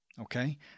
Okay